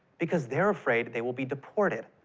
because they're afraid they will be deported.